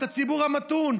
את הציבור המתון,